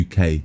UK